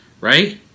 right